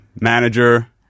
manager